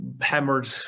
hammered